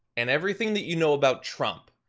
and everything that you know about trump.